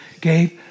Gabe